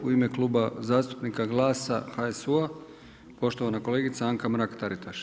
U ime Kluba zastupnika GLAS-a, HSU-a, poštovana kolegica Anka Mrak Taritaš.